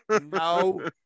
No